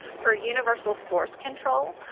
for universal source control,